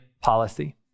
policy